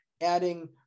adding